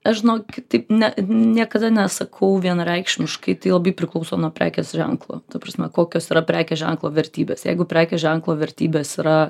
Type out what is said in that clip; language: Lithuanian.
aš žinokit taip ne niekada nesakau vienareikšmiškai tai labai priklauso nuo prekės ženklo ta prasme kokios yra prekės ženklo vertybės jeigu prekės ženklo vertybės yra